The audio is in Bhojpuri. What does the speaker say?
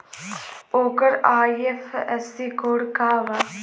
ओकर आई.एफ.एस.सी कोड का बा?